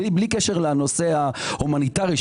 בלי קשר לנושא ההומניטרי,